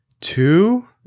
two